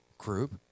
group